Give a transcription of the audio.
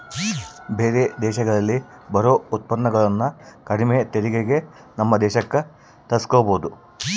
ಬೇರೆ ದೇಶಗಳಿಂದ ಬರೊ ಉತ್ಪನ್ನಗುಳನ್ನ ಕಡಿಮೆ ತೆರಿಗೆಗೆ ನಮ್ಮ ದೇಶಕ್ಕ ತರ್ಸಿಕಬೊದು